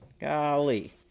Golly